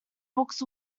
books